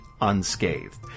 unscathed